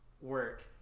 work